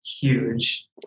huge